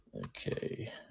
Okay